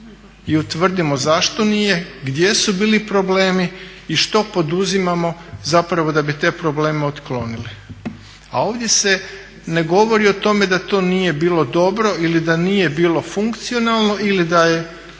i utvrdimo zašto nije, gdje su bili problemi i što poduzimamo zapravo da bi te probleme otklonili. A ovdje se ne govori o tome da to nije bilo dobro ili da nije bilo funkcionalno ili da je,